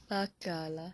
kelakar lah